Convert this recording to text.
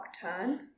turn